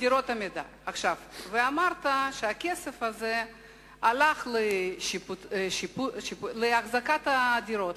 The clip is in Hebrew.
ואמרת שהכסף הזה הלך לאחזקת הדירות,